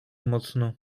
mocno